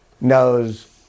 knows